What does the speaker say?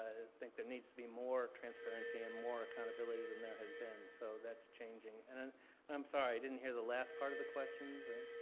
think there needs to be more transparency and more accountability than there has been. so that's changing. and and i'm sorry, i didn't hear the last part of the question there.